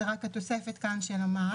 זו רק התוספת כאן של המע"מ.